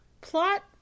Plot